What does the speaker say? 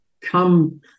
come